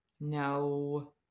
No